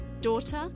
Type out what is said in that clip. daughter